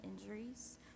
injuries